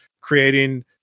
creating